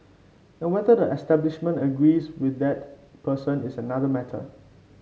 and whether the establishment agrees with that person is another matter